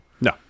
No